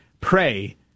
pray